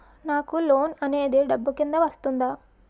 నాకు లోన్ అనేది డబ్బు కిందా వస్తుందా?